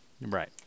Right